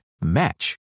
match